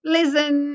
Listen